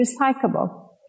recyclable